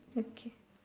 okay